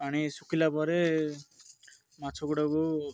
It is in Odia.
ପାଣି ଶୁଖିଲା ପରେ ମାଛ ଗୁଡ଼ାକୁ